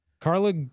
Carla